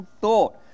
thought